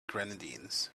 grenadines